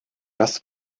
das